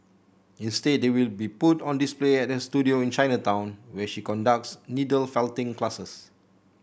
instead they will be put on display at her studio in Chinatown where she conducts needle felting classes